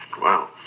Wow